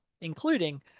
including